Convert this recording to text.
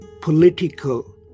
political